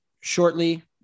shortly